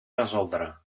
resoldre